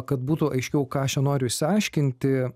kad būtų aiškiau ką aš čia noriu išsiaiškinti